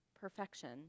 perfection